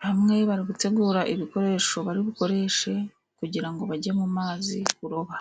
bamwe bari gutegura ibikoresho bari bukoreshe kugira ngo bajye mu mazi kuroba.